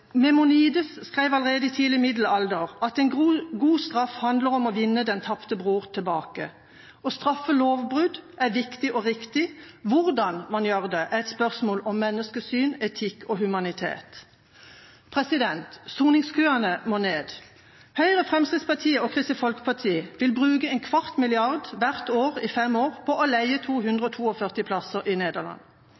Maimonides skrev allerede i tidlig middelalder at «en god straff handler om å vinne den tapte bror tilbake». Å straffe lovbrudd er viktig og riktig. Hvordan man gjør det, er et spørsmål om menneskesyn, etikk og humanitet. Soningskøene må ned. Høyre, Fremskrittspartiet og Kristelig Folkeparti vil bruke en kvart milliard hvert år i fem år på å leie 242 plasser i Nederland.